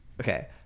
Okay